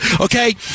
Okay